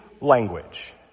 language